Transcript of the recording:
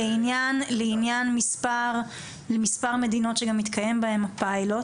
לעניין מספר המדינות שגם מתקיים בהן הפיילוט